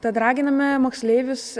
tad raginame moksleivius